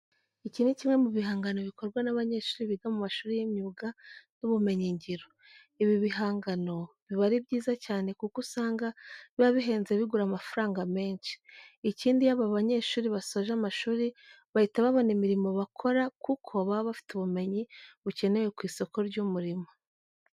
Iki ni kimwe mu bihangano bikorwa n'abanyeshuri biga mu mashuri y'imyuga n'ubumenyingiro. Ibi bigangano biba ari byiza cyane kuko usanga biba bihenze bigura amafaranga menshi. Ikindi iyo aba banyeshuri basoje amashuri bahita babona imirimo bakora kuko baba bafite ubumenyi bukenewe ku isoko ry'umurimo.